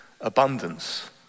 abundance